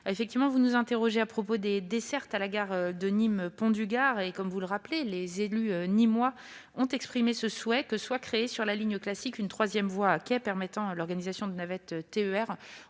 Burgoa, vous nous interrogez à propos des dessertes ferroviaires de la gare de Nîmes-Pont-du-Gard. Comme vous le rappelez, les élus nîmois ont exprimé le souhait que soit créée, sur la ligne classique, une troisième voie à quai permettant l'organisation de navettes TER